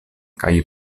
kaj